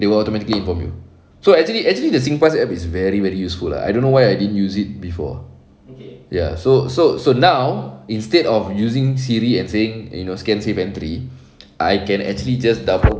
they will automatically inform you so actually actually the singpass app is very very useful lah I don't know why I didn't use it before ya so so so now instead of using siri and saying you know scan safe entry I can actually just double